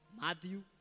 Matthew